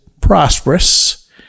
prosperous